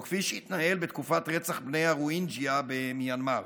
או כפי שהתנהל בתקופת רצח בני הרוהינגיה במיאנמר.